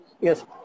Yes